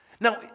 Now